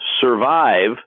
survive